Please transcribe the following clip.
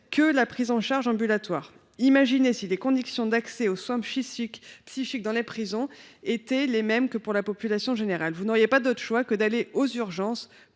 que la prise en charge ambulatoire. Imaginez si les conditions d’accès aux soins psychiques existant dans les prisons étaient les mêmes pour la population générale : vous n’auriez pas d’autre choix que de vous rendre aux urgences